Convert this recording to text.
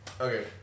Okay